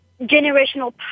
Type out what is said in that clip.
generational